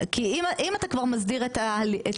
כי אם אתה כבר מסדיר את התהליך,